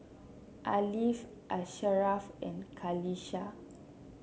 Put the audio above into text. Ariff Asharaff and Qalisha